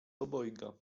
obojga